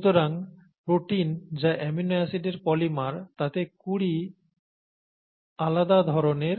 সুতরাং প্রোটিন যা অ্যামিনো অ্যাসিডের পলিমার তাতে কুড়ি আলাদা ধরনের